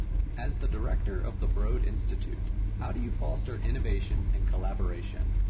as the director of the broad institute, how do you foster innovation and collaboration?